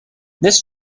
this